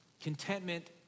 contentment